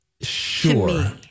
Sure